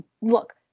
Look